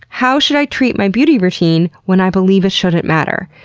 how should i treat my beauty routine when i believe it shouldn't matter?